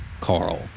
Carl